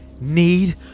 need